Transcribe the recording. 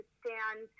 stand